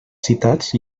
citats